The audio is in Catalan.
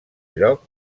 lloc